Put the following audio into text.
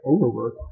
overwork